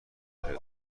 پیاده